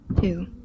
Two